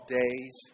days